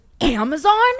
Amazon